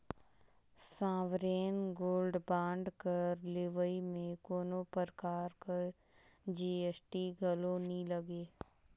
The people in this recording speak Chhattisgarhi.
सॉवरेन गोल्ड बांड कर लेवई में कोनो परकार कर जी.एस.टी घलो नी लगे